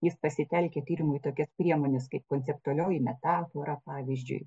jis pasitelkia tyrimui tokias priemones kaip konceptualioji metafora pavyzdžiui